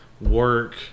work